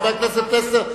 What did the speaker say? חבר הכנסת פלסנר,